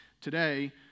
Today